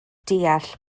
deall